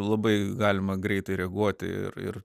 labai galima greitai reaguoti ir ir